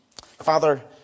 Father